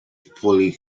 fully